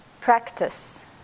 practice